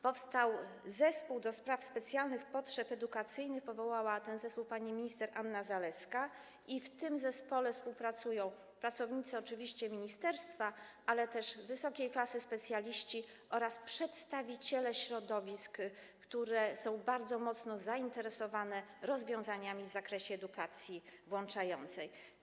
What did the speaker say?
Powstał zespół ds. specjalnych potrzeb edukacyjnych, który powołała pani minister Anna Zalewska, i w ramach tego zespołu współpracują oczywiście pracownicy ministerstwa, ale też wysokiej klasy specjaliści oraz przedstawiciele środowisk, które są bardzo mocno zainteresowane rozwiązaniami w zakresie edukacji włączającej.